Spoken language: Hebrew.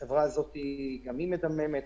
החברה הזאת גם היא מדממת.